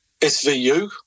SVU